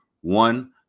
One